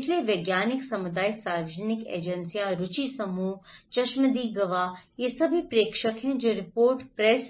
इसलिए वैज्ञानिक समुदाय सार्वजनिक एजेंसियां रुचि समूह चश्मदीद गवाह वे सभी प्रेषक हैं जो रिपोर्ट प्रेस